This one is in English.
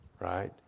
right